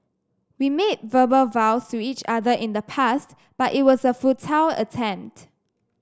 we made verbal vows to each other in the past but it was a futile attempt